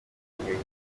n’ibindi